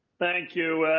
thank you.